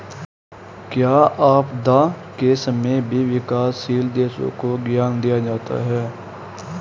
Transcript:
क्या आपदा के समय भी विकासशील देशों को ऋण दिया जाता है?